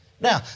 Now